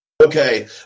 Okay